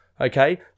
okay